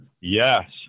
Yes